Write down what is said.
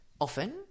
often